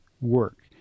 work